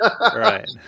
right